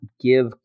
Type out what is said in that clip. give